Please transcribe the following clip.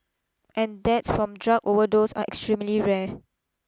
and deaths from drug overdose are extremely rare